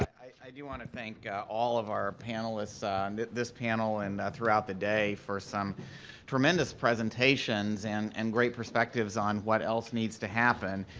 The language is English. i do want to thank all of our panelists on this panel and that throughout the day for some tremendous presentations and and great perspectives on what else needs to happen.